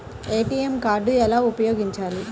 ATM card ఎలా ఉపయోగించాలి?